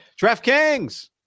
DraftKings